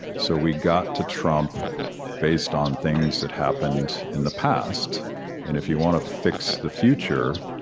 so we got to trump based on things that happened in the past, and if you want to fix the future,